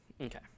Okay